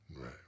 Right